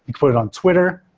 you put it on twitter,